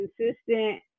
consistent